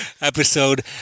episode